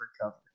cover